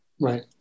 right